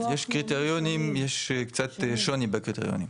יש קריטריונים, יש קצת שוני בקריטריונים.